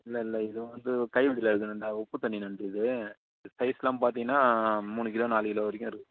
இல்லை இல்லை இது வந்து கை இது அந்த உப்பு தண்ணி நண்டு இது சைஸெல்லாம் பார்த்தீங்கன்னா மூணு கிலோ நாலு கிலோ வரைக்கும் இருக்கும்